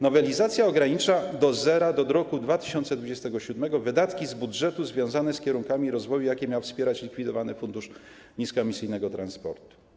Nowelizacja ogranicza do zera do roku 2027 wydatki z budżetu związane z kierunkami rozwoju, jakie miał wspierać likwidowany Fundusz Niskoemisyjnego Transportu.